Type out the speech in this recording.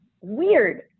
weird